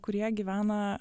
kurie gyvena